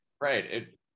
right